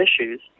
issues